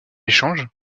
échange